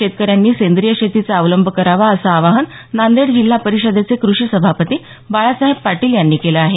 शेतकऱ्यांनी सेंद्रिय शेतीचा अवलंब करावा असं आवाहन नांदेड जिल्हा परिषदेचे कृषी सभापती बाळासाहेब पाटील यांनी केलं आहे